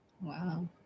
wow